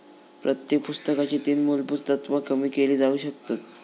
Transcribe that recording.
प्रत्येक पुस्तकाची तीन मुलभुत तत्त्वा कमी केली जाउ शकतत